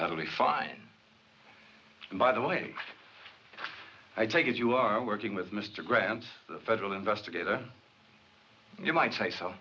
will be fine by the way i take it you are working with mr grant the federal investigator you might say so